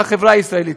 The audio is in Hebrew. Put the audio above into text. בחברה הישראלית.